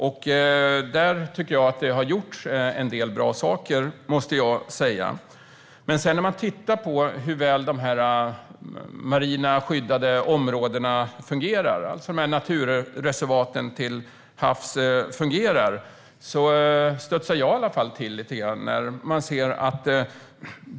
Jag tycker att det har gjorts en del bra saker. Men när man tittar på hur väl de marina skyddade områdena - naturreservaten till havs - fungerar studsar i alla fall jag till lite grann.